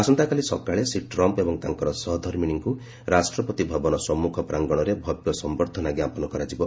ଆସନ୍ତାକାଲି ସକାଳେ ଶ୍ରୀ ଟ୍ରମ୍ପ୍ ଏବଂ ତାଙ୍କର ସହଧର୍ମିଣୀଙ୍କୁ ରାଷ୍ଟ୍ରପତି ଭବନ ସମ୍ମୁଖ ପ୍ରାଙ୍ଗଣରେ ଭବ୍ୟ ସମ୍ବର୍ଦ୍ଧନା ଜ୍ଞାପନ କରାଯିବ